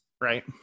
right